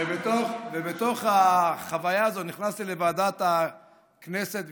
ובתוך החוויה הזו נכנסתי לוועדת הכנסת,